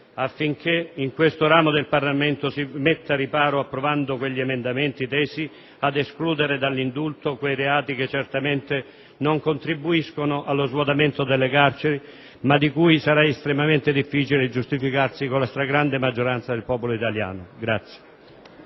affinché in questo ramo del Parlamento vi si metta riparo, approvando quegli emendamenti tesi ad escludere dall'indulto i reati che certamente non contribuiscono allo svuotamento delle carceri, ma rispetto ai quali sarà estremamente difficile giustificarsi con la stragrande maggioranza del popolo italiano.